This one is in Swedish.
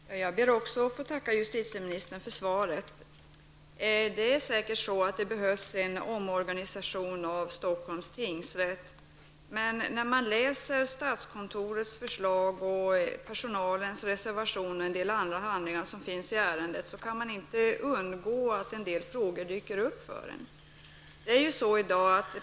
Herr talman! Jag ber också att få tacka justitieministern för svaret. Det behövs säkerligen en omorganisation av Stockholms tingsrätt. Men när man läser statskontorets förslag, personalens reservationer och en del andra handlingar i ärendet, kan det inte undvikas att en del frågor dyker upp.